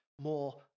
more